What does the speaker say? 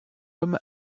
homme